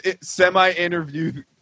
semi-interview